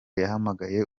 yahamagaye